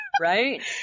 Right